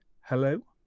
hello